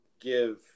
give